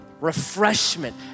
Refreshment